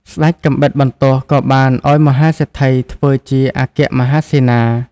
ស្ដេចកាំបិតបន្ទោះក៏បានឱ្យមហាសេដ្ឋីធ្វើជាអគ្គមហាសេនា។